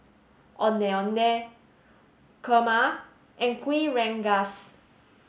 Ondeh Ondeh Kurma and Kuih Rengas